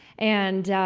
and,